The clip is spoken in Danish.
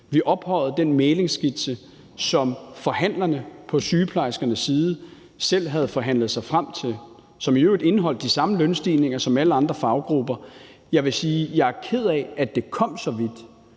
Vi ophøjede den mæglingsskitse, som forhandlerne på sygeplejerskernes side selv havde forhandlet sig frem til, og som i øvrigt indeholdt de samme lønstigninger, som gælder for alle andre faggrupper. Jeg vil sige, at jeg er ked af, at det kom så vidt,